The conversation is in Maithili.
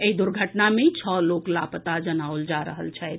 एहि दुर्घटना मे छओ लोक लापता जनाओल जा रहल छथि